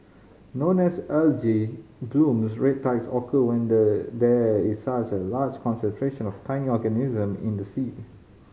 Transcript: known as algae blooms red tides occur when there there is such a large concentration of tiny organisms in the sea